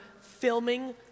filming